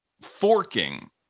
forking